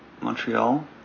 Montreal